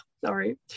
sorry